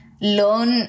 learn